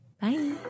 Bye